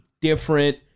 different